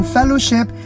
Fellowship